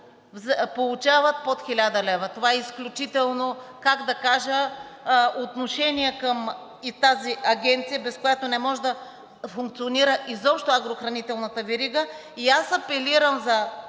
получават под 1000 лв. Това е изключително, как да кажа, отношение към тази агенция, без която не може да функционира изобщо агрохранителната верига. И аз апелирам за